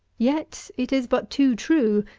yet, it is but too true,